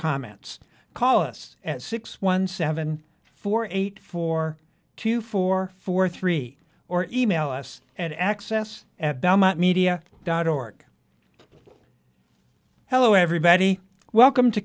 comments call us at six one seven four eight four two four four three or email us at access at belmont media dot org hello everybody welcome to